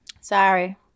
Sorry